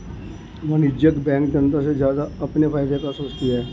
वाणिज्यिक बैंक जनता से ज्यादा अपने फायदे का सोचती है